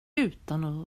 utan